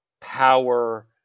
power-